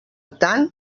tant